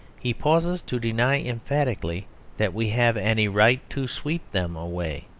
he pauses to deny emphatically that we have any right to sweep them away.